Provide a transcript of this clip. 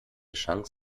chance